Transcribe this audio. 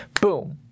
boom